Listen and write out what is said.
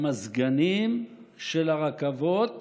במזגנים של הרכבות